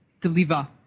deliver